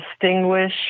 distinguish